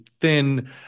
thin